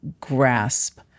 grasp